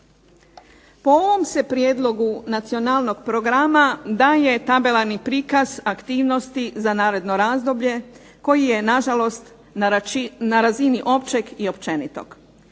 Po ovom se prijedlogu Nacionalnog programa daje tabelarni prikaz aktivnosti za naredno razdoblje koji je nažalost na razini općeg i općenitog.